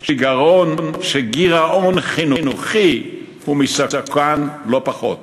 שגירעון חינוכי הוא מסוכן לא פחות.